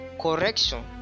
correction